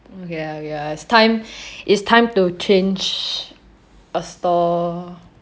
okay okay lah it's time it's time to change a store